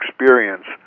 experience